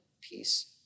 peace